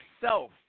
self